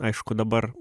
aišku dabar